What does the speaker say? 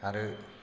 आरो